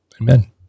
Amen